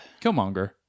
Killmonger